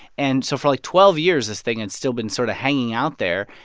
and so for, like, twelve years, this thing had still been sort of hanging out there,